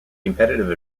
competitive